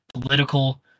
political